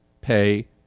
pay